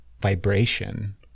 vibration